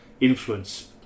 influence